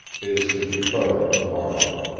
is to be buried to-morrow.